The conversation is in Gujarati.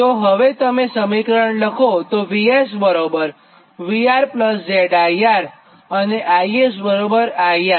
જો હવે તમે આ સમીકરણ લખોતો VSVR ZIR અને IS IR